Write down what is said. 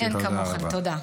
תודה, תודה רבה.